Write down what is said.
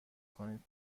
کنید